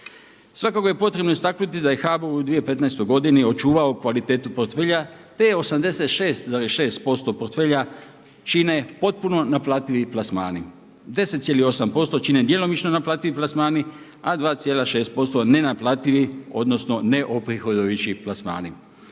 Svakako je potrebno istaknuti da je HBOR u 2015. godini očuvao kvalitetu portfelja te je 86,6% portfelja čine potpuno naplativi plasmani. 10,8% čine djelomično naplativi plasmani, a 2,6% nenaplativi odnosno neoprihodojući plasmani.